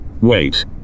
Wait